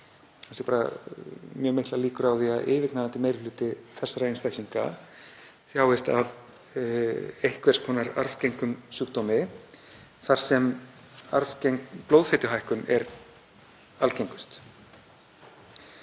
það séu bara mjög miklar líkur á því að yfirgnæfandi meiri hluti þessara einstaklinga þjáist af einhvers konar arfgengum sjúkdómi þar sem arfgeng blóðfituhækkun er algengust.